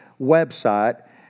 website